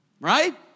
Right